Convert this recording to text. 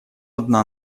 одна